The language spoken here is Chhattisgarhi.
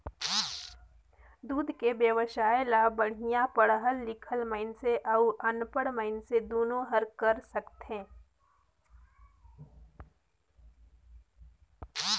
दूद के बेवसाय ल बड़िहा पड़हल लिखल मइनसे अउ अनपढ़ मइनसे दुनो हर कर सकथे